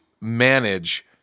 manage –